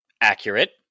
Accurate